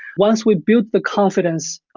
once we build the confidence,